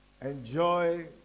enjoy